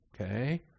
okay